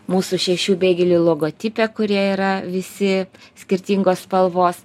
mūsų šešių beigelių logotipe kurie yra visi skirtingos spalvos